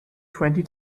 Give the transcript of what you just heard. twenty